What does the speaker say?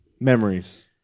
memories